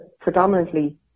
predominantly